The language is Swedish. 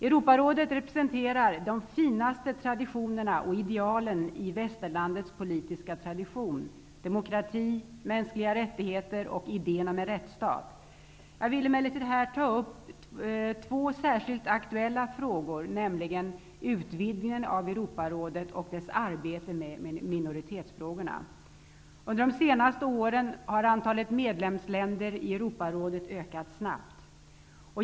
Europarådet representerar de finaste traditionerna och idealen i västerlandets politiska tradition: demokrati, mänskliga rättigheter och idén om en rättsstat. Jag vill emellertid här ta upp två särskilt aktuella frågor, nämligen utvidgningen av Under de senaste åren har antalet medlemsländer i Europarådet ökat snabbt.